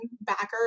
backer